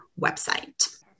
website